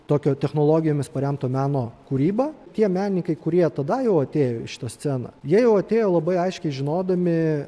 tokio technologijomis paremto meno kūrybą tie meninikai kurie tada jau atėjo į šitą sceną jie jau atėjo labai aiškiai žinodami